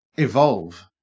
evolve